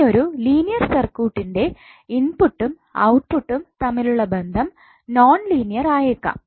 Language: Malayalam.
ഇനി ഒരു ലീനിയർ സർക്യൂട്ട്ന്റെ ഇൻപുട്ടും ഔട്ട്പുട്ടും തമ്മിലുള്ള ബന്ധം നോൺ ലീനിയർ ആയേക്കാം